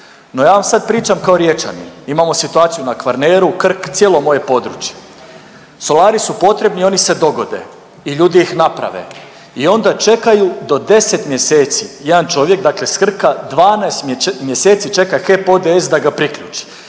no ja vam sad pričam kao Riječanin, imamo situaciju na Kvarneru, Krk, cijelo moje područje. Solari su potrebni, oni se dogode i ljudi ih naprave i onda čekaju do 10 mjeseci jedan čovjek dakle s Krka, 12 mjeseci čeka HEP ODS da ga priključi